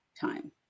time